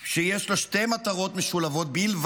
שיש לה שתי מטרות משולבות בלבד: